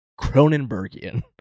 Cronenbergian